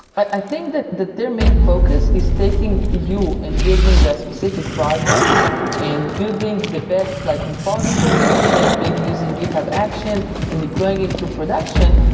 i think that that their main focus is taking you and building a specific project and building the best like repository and then maybe using github actions and deploying into production.